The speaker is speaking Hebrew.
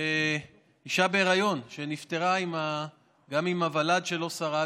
אישה בהיריון, שנפטרה, גם הוולד לא שרד.